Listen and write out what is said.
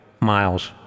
miles